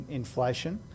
inflation